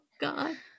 God